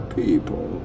people